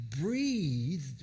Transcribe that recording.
breathed